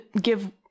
give